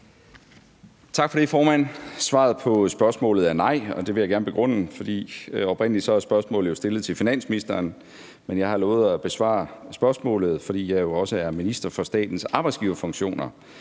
Tak for det, formand. Svaret på spørgsmålet er nej, og det vil jeg gerne begrunde. Oprindelig er spørgsmålet jo stillet til finansministeren, men jeg har lovet at besvare spørgsmålet, fordi jeg jo også er minister for statens arbejdsgiverfunktioner,